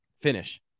finish